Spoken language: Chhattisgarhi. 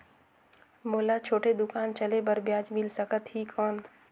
मोला छोटे दुकान चले बर ब्याज मिल सकत ही कौन?